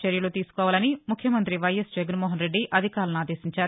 చర్యలు తీసుకోవాలని ముఖ్యమంతి వైఎస్ జగన్మోహన్ రెడ్డి అధికారులను ఆదేశించారు